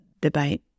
debate